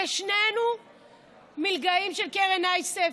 ושנינו מלגאים של קרן אייסף,